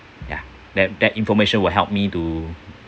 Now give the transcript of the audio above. ya that that information will help me to